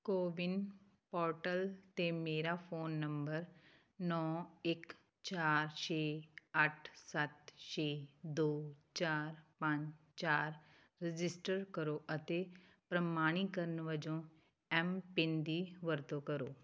CoWIN portal 'ਤੇ ਮੇਰਾ phone number ਨੌਂ ਇੱਕ ਚਾਰ ਛੇ ਅੱਠ ਸੱਤ ਛੇ ਦੋ ਚਾਰ ਪੰਜ ਚਾਰ ਰਜਿਸਟਰ ਕਰੋ ਅਤੇ ਪ੍ਰਮਾਣੀਕਰਨ ਵਜੋਂ ਐਮ ਪਿੰਨ ਦੀ ਵਰਤੋਂ ਕਰੋ